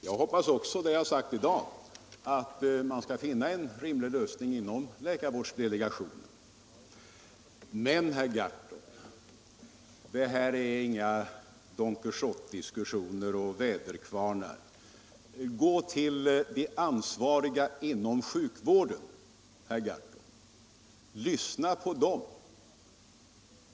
Jag hoppas också — det har jag sagt i dag — att man skall finna en rimlig lösning inom läkarvårdsdelegationen. Men, herr Gahrton, det här är inga Don Quijotska diskussioner om väderkvarnar. Gå till de ansvariga inom sjukvården, herr Gahrton, och lyssna på dem.